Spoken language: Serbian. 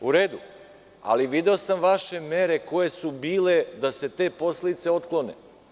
U redu, ali video sam vaše mere koje su bile da se te posledice otklone.